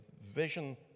vision